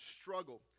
struggle